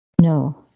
No